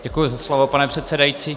Děkuji za slovo, pane předsedající.